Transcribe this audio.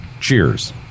Cheers